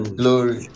glory